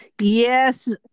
Yes